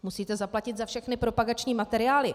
Musíte zaplatit za všechny propagační materiály.